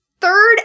third